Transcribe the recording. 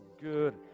good